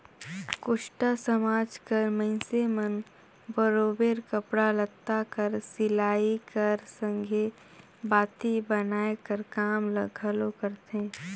कोस्टा समाज कर मइनसे मन बरोबेर कपड़ा लत्ता कर सिलई कर संघे बाती बनाए कर काम ल घलो करथे